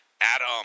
Adam